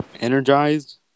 Energized